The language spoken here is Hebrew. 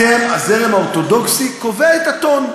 הזרם האורתודוקסי קובע את הטון.